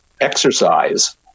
exercise